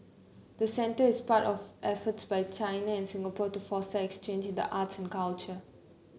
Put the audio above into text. the centre is part of efforts by China and Singapore to foster exchanged the arts and culture